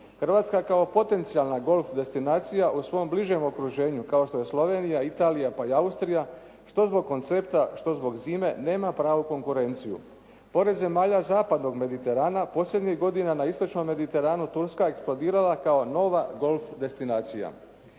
Hrvatska kao potencijalna golf destinacija u svom bližem okruženju kao što je Slovenija, Italija pa i Austrija što zbog koncepta, što zbog zime nema pravu konkurenciju. Pored zemalja zapadnog Mediterana posljednjih godina na istočnom Mediteranu Turska ekspandirala kao nova golf destinacija.